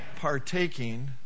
Partaking